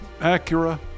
Acura